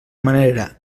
manera